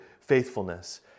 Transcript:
faithfulness